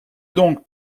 donc